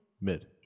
Mid